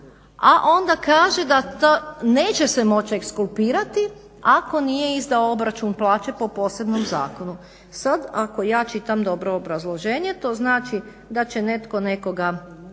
a onda kaže da to neće se moći ekskulpirati ako nije izdao obračun plaće po posebnom zakonu. Sada ako ja čitam dobro obrazloženje, to znači da će netko nekoga